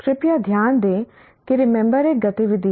कृपया ध्यान दें कि रिमेंबर एक गतिविधि है